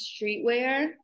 streetwear